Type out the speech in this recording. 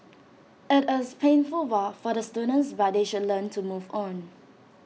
IT is painful for the students but they should learn to move on